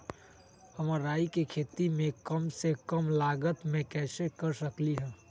हम राई के खेती कम से कम लागत में कैसे कर सकली ह?